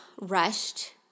rushed